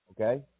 okay